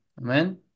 Amen